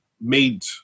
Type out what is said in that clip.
made